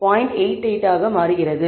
88 ஆக மாறுகிறது